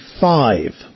five